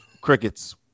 Crickets